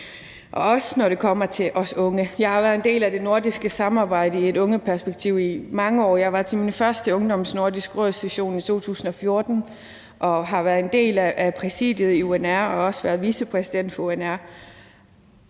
– også når det kommer til os unge. Jeg har været en del af det nordiske samarbejde i et ungeperspektiv i mange år. Jeg var til min første Ungdommens Nordiske Råds session i 2014 og har været en del af præsidiet i UNR og også været vicepræsident for UNR,